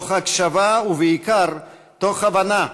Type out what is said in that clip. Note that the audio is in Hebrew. בהקשבה, ובעיקר בהבנה,